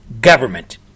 government